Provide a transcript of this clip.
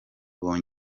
imyaka